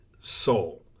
soul